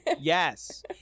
Yes